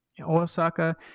Osaka